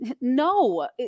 No